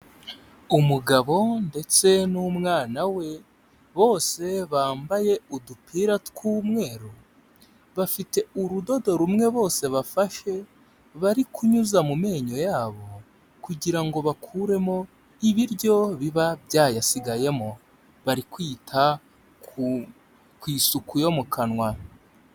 Umugabo ndetse n'umwana we bose bambaye udupira tw'umweru, bafite urudodo rumwe bose bafashe bari kunyuza mu menyo yabo kugira ngo bakuremo ibiryo biba byayasigayemo, bari kwita ku isuku yo mu kanwa.